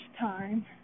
time